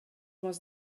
was